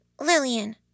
Lillian